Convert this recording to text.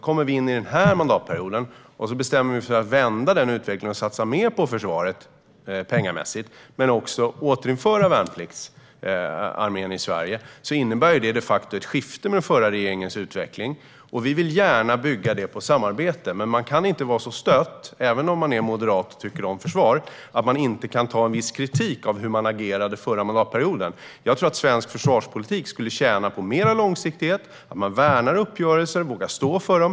Under den här mandatperioden bestämmer vi oss för att vända den utvecklingen och satsa mer på försvaret pengamässigt men också återinföra värnpliktsarmén i Sverige. Det innebär de facto ett skifte i förhållande till den förra regeringens utveckling. Vi vill gärna bygga detta på samarbete, men man kan inte vara så stött, även om man är moderat och tycker om försvar, att man inte kan ta en viss kritik i fråga om hur man agerade under förra mandatperioden. Jag tror att svensk försvarspolitik skulle tjäna på mer långsiktighet och på att man värnar uppgörelser och vågar stå för dem.